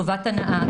טובת הנאה,